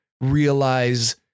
realize